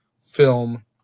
film